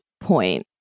point